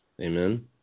Amen